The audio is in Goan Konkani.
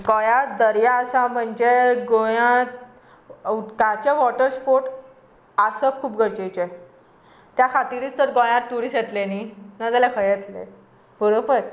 गोंयांत दर्या आसा म्हणजे गोंयांत उदकाचे वॉट स्पोर्ट आसप खूब गरजेचें त्या खातीरच तर गोंयांत टुरिस्ट येतले न्हय नाजाल्या खंय येतले बरोबर